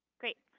great.